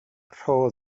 rho